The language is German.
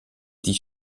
dies